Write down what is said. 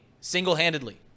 single-handedly